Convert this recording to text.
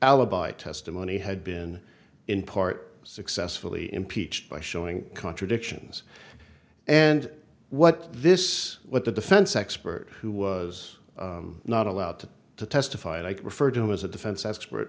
alibi testimony had been in part successfully impeached by showing contradictions and what this what the defense expert who was not allowed to testify and i refer to them as a defense expert